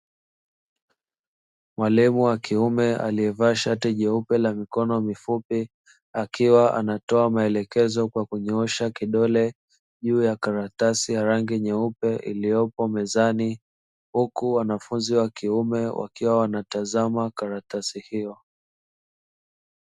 Mwalimu wa kiume aliyevaa shati nyeupe la mikono mifupi akiwa anatoa maelekezo kwa kunyoosha kidole juu ya karatasi ya rangi nyeupe iliyopo mezani huku wanafunzi wa kiume wakiwa wanatazama karatasi hiyo.